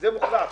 זה מוחלט.